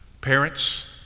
Parents